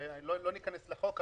אני לא אכנס חוק,